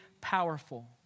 powerful